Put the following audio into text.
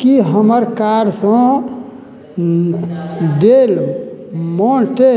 कि हमर कारसे डेल मोन्टे